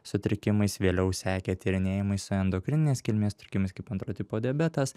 sutrikimais vėliau sekė tyrinėjimai su endokrininės kilmės sutrikimais kaip antro tipo diabetas